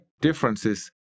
differences